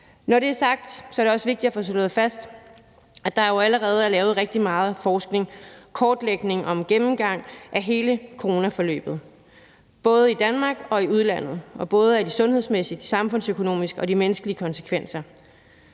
Når det er sagt, er det også vigtigt at få slået fast, at der jo allerede er lavet rigtig meget forskning, kortlægning og gennemgang af hele coronaforløbet både i Danmark og i udlandet, både af de sundhedsmæssige, de samfundsøkonomiske og de menneskelige konsekvenser.